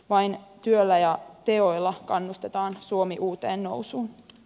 vain työllä ja teoilla kannustetaan suomi uuteen nousuun